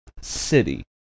city